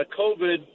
COVID